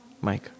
Mike